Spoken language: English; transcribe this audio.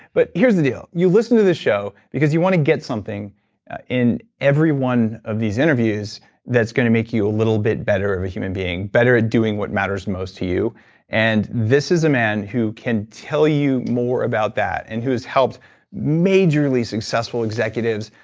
but here's the deal. you listen to this show because you want to get something in every one of these interviews that's going to make you a little bit better of a human being, better at doing what matters most to you and this is a man who can tell you more about that and who's helped majorly successful executives,